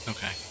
Okay